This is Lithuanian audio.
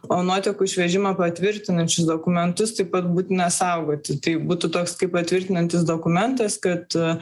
o nuotekų išvežimą patvirtinančius dokumentus taip pat būtina saugoti tai būtų toks kaip patvirtinantis dokumentas kad